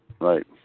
Right